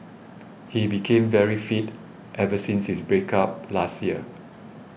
he became very fit ever since his break up last year